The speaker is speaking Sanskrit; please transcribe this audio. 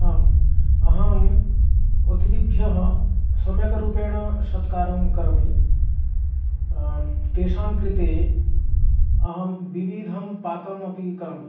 आम् अहम् अतिथिभ्यः सम्यग्रूपेण सत्कारं करोमि तेषां कृते अहं विविधं पाकमपि करोमि